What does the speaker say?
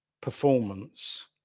performance